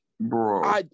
Bro